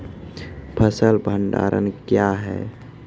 फसल भंडारण क्या हैं?